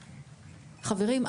חברים,